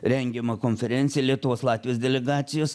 rengiama konferencija lietuvos latvijos delegacijos